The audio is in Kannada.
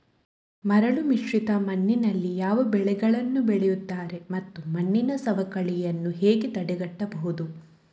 ಮರಳುಮಿಶ್ರಿತ ಮಣ್ಣಿನಲ್ಲಿ ಯಾವ ಬೆಳೆಗಳನ್ನು ಬೆಳೆಯುತ್ತಾರೆ ಮತ್ತು ಮಣ್ಣಿನ ಸವಕಳಿಯನ್ನು ಹೇಗೆ ತಡೆಗಟ್ಟಬಹುದು?